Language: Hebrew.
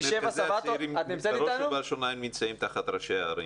מרכזי הצעירים בראש ובראשונה נמצאים תחת ראשי הערים.